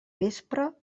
vespre